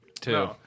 two